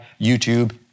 YouTube